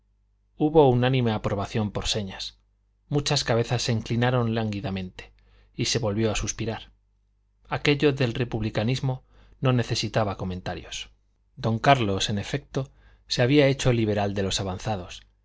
hubo unánime aprobación por señas muchas cabezas se inclinaron lánguidamente y se volvió a suspirar aquello del republicanismo no necesitaba comentarios don carlos en efecto se había hecho liberal de los avanzados